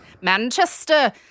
Manchester